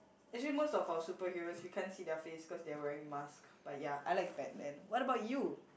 actually most of our superheroes we can't see their face cause they are wearing mask but ya I like Batman what about you